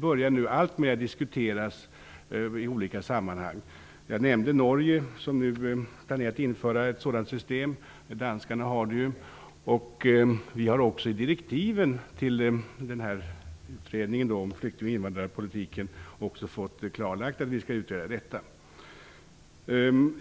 börjar nu diskuteras allt mer i olika sammanhang. Jag nämnde Norge, som planerar att införa ett sådant system. Danskarna har det ju redan. Vi har också i direktiven till utredningen om invandrar och flyktingpolitiken fått i uppdrag att utreda detta.